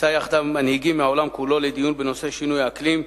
שקיבצה יחדיו מנהיגים מהעולם כולו לדיון בנושא שינויי האקלים.